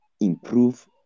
improve